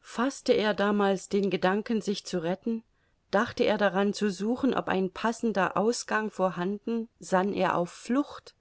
faßte er damals den gedanken sich zu retten dachte er daran zu suchen ob ein passender ausgang vorhanden sann er auf flucht